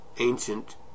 ancient